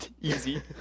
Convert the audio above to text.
easy